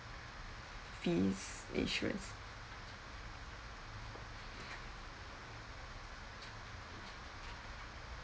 fees insurance